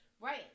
Right